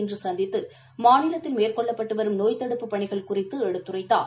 இன்று சந்தித்து மாநிலத்தில் மேற்கொள்ளப்பட்டு வரும் நோய் தடுப்பு பணிகள் குறித்து எடுத்துரைத்தார்